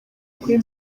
kuri